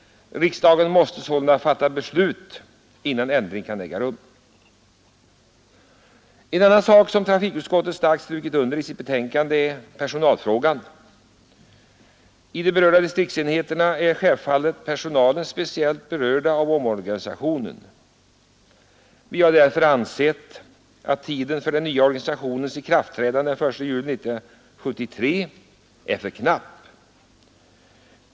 Riksdagen måste sålunda fatta beslut innan någon ändring kan äga rum. En annan sak som trafikutskottet starkt betonat i sitt betänkande är personalfrågan. I de berörda distriktsenheterna är självfallet personalen speciellt berörd av omorganisationen. Vi har därför ansett att tiden fram till den nya organisationens ikraftträdande — den 1 juli 1973 — är för knapp.